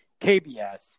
KBS